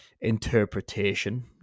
interpretation